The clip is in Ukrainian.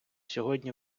сьогодні